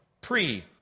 Pre